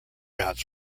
outs